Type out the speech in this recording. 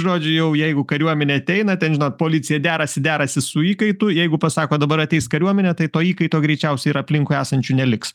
žodžiu jau jeigu kariuomenė ateina ten žinot policija derasi derasi su įkaitu jeigu pasako dabar ateis kariuomenė tai to įkaito greičiausiai ir aplinkui esančių neliks